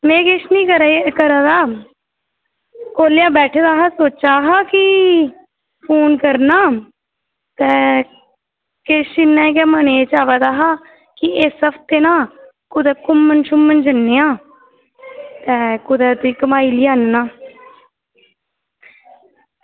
में किश निं करा दी करै दा कोल्ले दा बैठे दा हा ते सोचा दा हा कि फोन करना ते किश इ'यां गै मनै च आवा दा हा कि इस हफ्ते ना कुदै घूमन शूमन जन्ने आं ते कुदै तुगी घूमाई लेई आह्नान